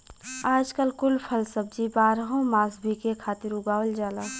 आजकल कुल फल सब्जी बारहो मास बिके खातिर उगावल जाला